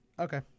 Okay